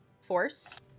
force